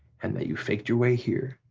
and that you faked your way here,